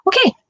Okay